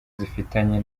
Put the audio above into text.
zifitanye